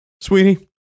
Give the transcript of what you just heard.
Sweetie